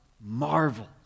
marvel